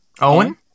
owen